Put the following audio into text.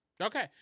Okay